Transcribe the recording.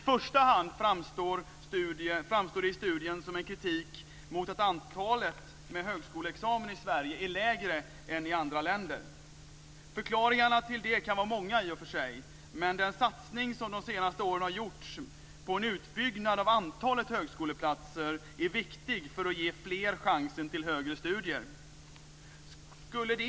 Först och främst framkommer i studien kritik mot att antalet personer med högskoleexamen i Sverige är lägre än i andra länder. Förklaringarna till det kan vara många, men den satsning som har gjorts de senaste åren på en utbyggnad av antalet högskoleplatser är viktig för att ge fler chansen till högre studier.